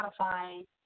Spotify